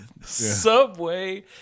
subway